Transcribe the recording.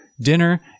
dinner